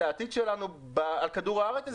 זה העתיד שלנו על כדור הארץ הזה,